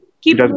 keep